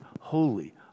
holy